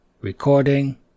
Recording